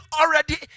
already